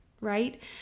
right